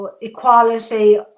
equality